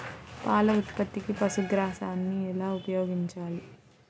పాల ఉత్పత్తికి పశుగ్రాసాన్ని ఎలా ఉపయోగించాలి?